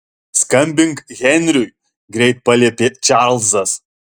skambink henriui greit paliepė čarlzas